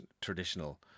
traditional